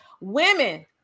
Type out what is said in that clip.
Women